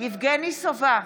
יבגני סובה,